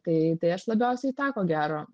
tai tai aš labiausiai tą ko gero